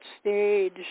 stage